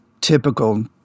typical